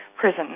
prison